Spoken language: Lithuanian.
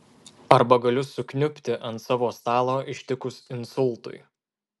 arba galiu sukniubti ant savo stalo ištikus insultui